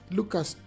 Lucas